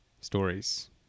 stories